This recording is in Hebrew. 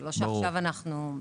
זה לא שעכשיו אנחנו מפרטים.